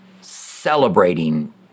celebrating